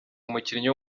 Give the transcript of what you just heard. umukinnyi